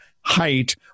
height